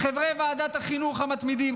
לחברי ועדת החינוך המתמידים,